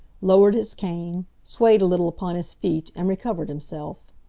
lowered his cane, swayed a little upon his feet, and recovered himself.